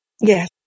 Yes